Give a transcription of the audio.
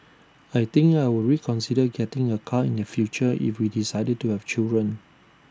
I think I would reconsider getting A car in the future if we decided to have children